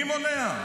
מי מונע?